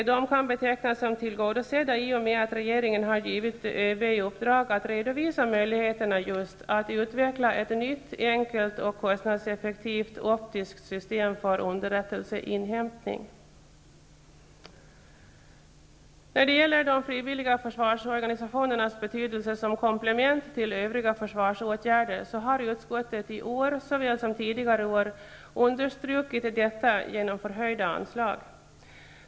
De kan betecknas som tillgodosedda i och med att regeringen har givit ÖB i uppdrag att redovisa möjligheterna att utveckla ett nytt, enkelt och kostnadseffektivt optiskt system för underrättelseinhämtning. När det gäller de frivilliga försvarsorganisationernas betydelse som komplement till övriga försvarsåtgärder så har utskottet i år såväl som tidigare år understrukit detta genom förhöjda anslag.